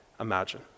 Imagine